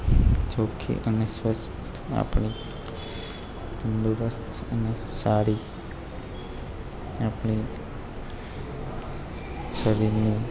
સુખી અને સ્વસ્થ આપણે તંદુરસ્ત અને સારી આપણે શરીરને